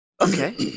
Okay